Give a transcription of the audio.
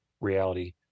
reality